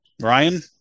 Ryan